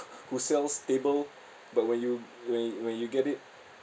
who sells table but when you when you when you get it